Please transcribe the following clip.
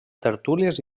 tertúlies